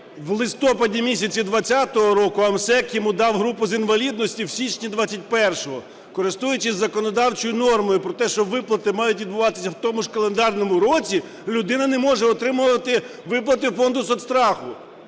у листопаді 20-го року, а МСЕК йому дав групу з інвалідності в січні 21-го. Користуючись законодавчою нормою про те, що виплати мають відбуватися в тому ж календарному році, людина не може отримувати виплати Фонду соцстраху.